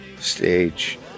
stage